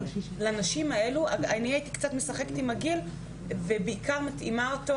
לנשים האלה אני הייתי קצת משחקת עם הגיל ובעיקר מתאימה אותו